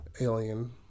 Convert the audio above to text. alien